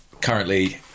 currently